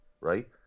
right